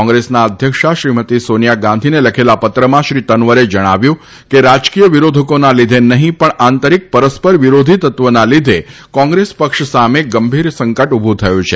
કોંગ્રેસના અધ્યક્ષા શ્રીમતી સોનિયા ગાંધીને લખેલા પત્રમાં શ્રી તનવરે જણાવ્યું છે કે રાજકીય વિરોધકોના લીધે નહીં પણ આંતરિક પરસ્પર વિરોધી તત્વોના લીધે કોંગ્રેસ પક્ષ સામે ગંભીર સંકટ ઉભું થયું છે